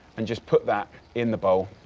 and just put that in the bowl.